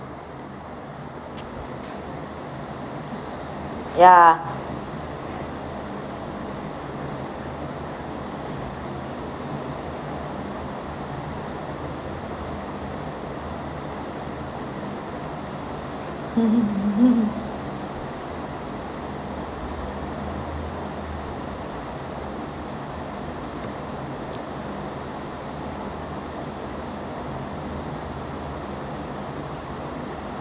ya